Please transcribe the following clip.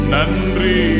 Nandri